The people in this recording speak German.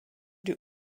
die